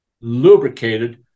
lubricated